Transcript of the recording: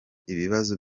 ibibazo